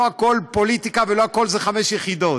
לא הכול פוליטיקה ולא הכול זה חמש יחידות.